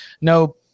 no